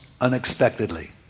unexpectedly